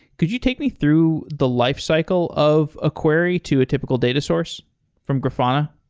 could you take me through the lifecycle of a query to a typical data source from grafana?